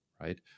right